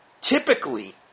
Typically